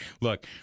Look